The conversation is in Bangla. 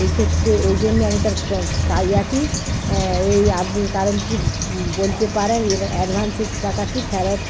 এক্ষেত্রে ওই জন্য আমি তার এই আপনি কারণটি বলতে পারেন এবং অ্যাডভান্সের টাকাটি ফেরত